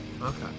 Okay